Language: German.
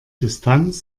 distanz